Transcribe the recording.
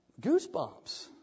goosebumps